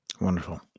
Wonderful